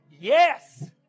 yes